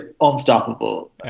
unstoppable